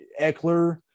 Eckler